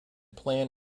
plan